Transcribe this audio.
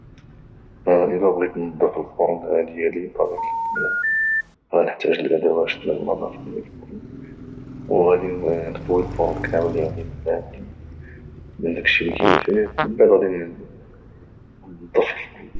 الا بغيت نظف الفرن ديالي بطبيعه الحال غانحتاج الادوات ديال النظافه ديال الفرن وغادي نخوي الفرن يعني من ذاك الشيء اللي كاين فيه ومن بعد غادي ننظف في الفرن ديالي